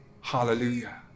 Hallelujah